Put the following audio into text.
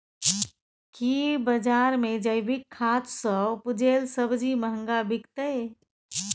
की बजार मे जैविक खाद सॅ उपजेल सब्जी महंगा बिकतै?